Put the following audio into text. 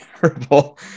terrible